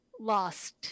lost